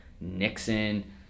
Nixon